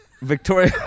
Victoria